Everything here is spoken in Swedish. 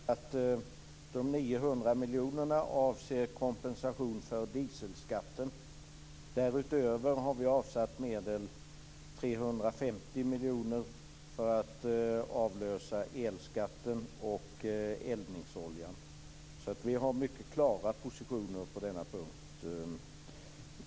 Herr talman! De 900 miljoner kronorna avser kompensation för dieselskatten. Därutöver har vi avsatt 350 miljoner kronor för att avlösa elskatten och eldningsoljan. Vi har mycket klara positioner på denna punkt.